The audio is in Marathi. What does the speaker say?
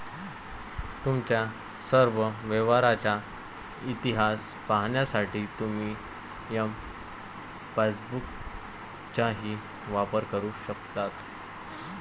तुमच्या सर्व व्यवहारांचा इतिहास पाहण्यासाठी तुम्ही एम पासबुकचाही वापर करू शकता